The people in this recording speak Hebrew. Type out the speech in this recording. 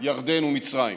ירדן ומצרים,